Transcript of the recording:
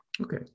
Okay